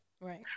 Right